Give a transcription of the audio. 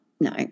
no